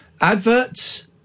Adverts